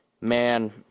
man